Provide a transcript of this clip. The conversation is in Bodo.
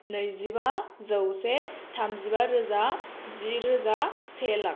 नैजिबा जौसे थामजिबा रोजा जि रोजा से लाख